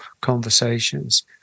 conversations